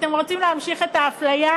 אתם רוצים להמשיך את האפליה?